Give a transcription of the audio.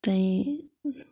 ताहीं